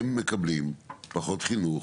הם מקבלים פחות חינוך